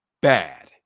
bad